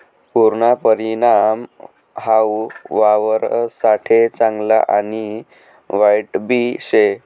पुरना परिणाम हाऊ वावरससाठे चांगला आणि वाईटबी शे